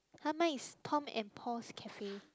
!huh! mine is Tom and Paul's Cafe